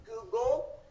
Google